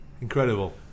Incredible